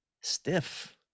stiff